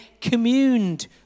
communed